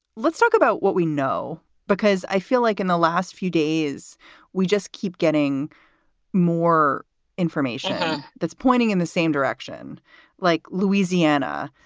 let's talk about what we know, because i feel like in the last few days we just keep getting more information that's pointing in the same direction like louisiana.